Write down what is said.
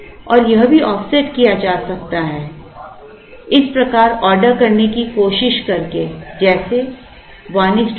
और यह भी ऑफसेट किया जा सकता है इस प्रकार ऑर्डर करने की कोशिश करके जैसे 124 और 112